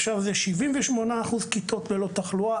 78% כיתות ללא תחלואה.